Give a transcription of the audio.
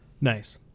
nice